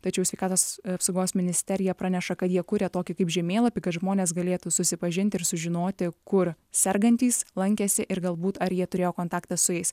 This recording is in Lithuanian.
tačiau sveikatos apsaugos ministerija praneša kad jie kuria tokį kaip žemėlapį kad žmonės galėtų susipažinti ir sužinoti kur sergantys lankėsi ir galbūt ar jie turėjo kontaktą su jais